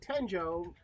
tenjo